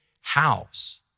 house